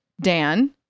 dan